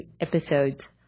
episodes